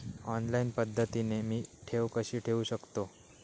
Online पद्धतीने मी ठेव कशी ठेवू शकतो?